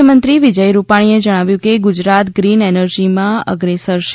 મુખ્યમંત્રી વિજય રૂપાણીએ જણાવ્યું કે ગુજરાત ગ્રીન એનર્જીમાં અગ્રેસર છે